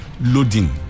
loading